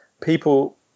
people